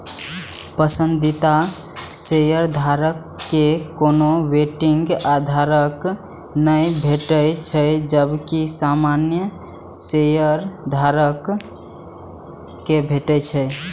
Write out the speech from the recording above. पसंदीदा शेयरधारक कें कोनो वोटिंग अधिकार नै भेटै छै, जबकि सामान्य शेयधारक कें भेटै छै